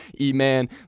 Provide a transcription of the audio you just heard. e-man